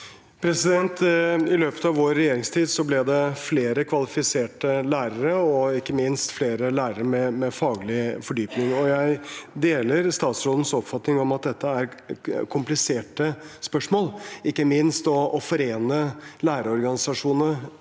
I løpet av vår regjeringstid ble det flere kvalifiserte lærere og ikke minst flere lærere med faglig fordypning. Jeg deler statsrådens oppfatning om at dette er kompliserte spørsmål, ikke minst å forene lærerorganisasjonene